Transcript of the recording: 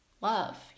love